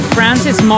Francis